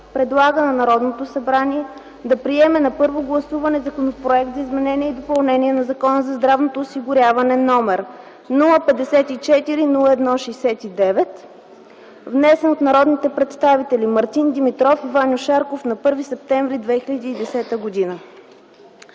предлага на Народното събрание да приеме на първо гласуване Законопроекта за изменение и допълнение на Закона за здравното осигуряване, № 54-01-69, внесен от народните представители Мартин Димитров и Ваньо Шарков на 1 септември 2010 г.”